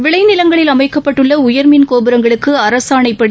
விளைநிலங்களில் அமைக்கப்பட்டுள்ள உயர் மின் கோபுரங்களுக்கு அரசாணைப்படி